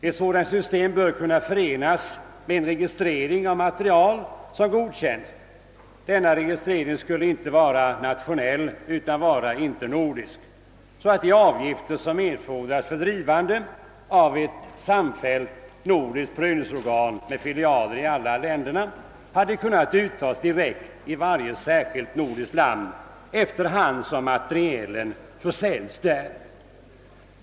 Ett sådant system bör kunna förenas med en registrering av materiel som godkänts. Denna registrering skulle icke vara nationell utan internordisk, så att de avgifter som erfordras för drivande av ett samfällt nordiskt prövningsorgan med filialer i alla länderna kunde uttagas direkt i varje särskilt nordiskt land efter hand som materielen försäljes där.